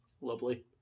lovely